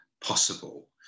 possible